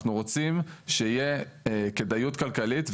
אנחנו רוצים שתהיה כדאיות כלכלית,